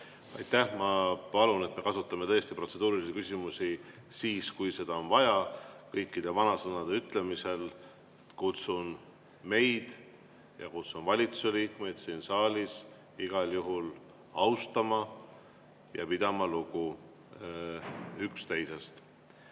Aitäh! Ma palun, et me kasutaksime protseduurilisi küsimusi tõesti siis, kui seda on vaja. Kõikide vanasõnade ütlemisel kutsun meid ja kutsun valitsuse liikmeid üles siin saalis igal juhul austama ja pidama lugu üksteisest.